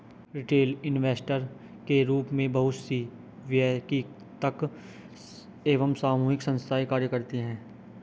retail investor के रूप में बहुत सी वैयक्तिक एवं सामूहिक संस्थाएं कार्य करती हैं